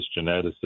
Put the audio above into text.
geneticist